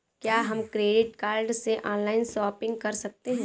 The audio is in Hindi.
क्या हम क्रेडिट कार्ड से ऑनलाइन शॉपिंग कर सकते हैं?